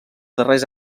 darrers